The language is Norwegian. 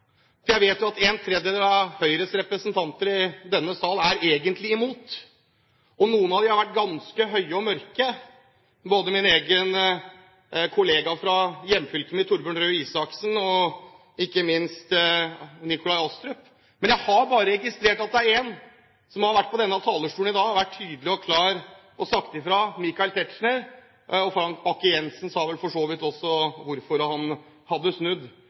jeg det er litt spesielt at en tredjedel av Høyres representanter i denne sal egentlig er imot – det vet jeg jo. Noen av dem har vært ganske høye og mørke – både min kollega fra hjemfylket mitt, Torbjørn Røe Isaksen, og ikke minst Nikolai Astrup. Men jeg har bare registrert én som har vært på denne talerstolen i dag, og som har vært tydelig og klar og sagt fra, nemlig Michael Tetzschner. Frank Bakke-Jensen forklarte vel for så vidt også hvorfor han hadde snudd.